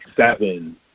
seven